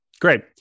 Great